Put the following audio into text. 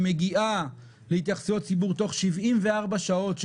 מביאה להתייחסות הציבור בתוך 74 שעות,